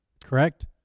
correct